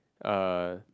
uh